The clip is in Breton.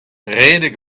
redek